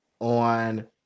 on